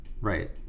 Right